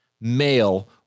male